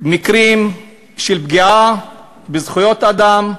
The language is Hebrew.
מקרים של פגיעה בזכויות אדם,